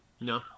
No